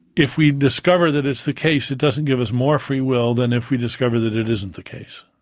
if we discover that it's the case it doesn't give us more free will than if we discover that it isn't the case.